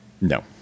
No